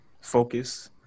focus